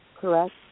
Correct